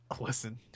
Listen